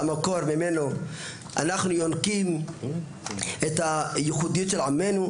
המקור ממנו אנחנו יונקים את הייחודיות של עמנו,